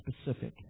specific